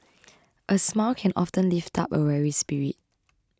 a smile can often lift up a weary spirit